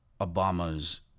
Obama's